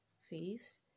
face